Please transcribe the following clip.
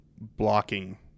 blocking